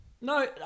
No